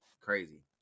crazy